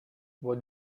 what